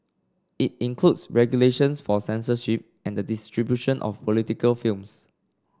it includes regulations for censorship and distribution of political films